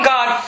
God